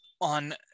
on